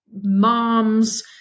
moms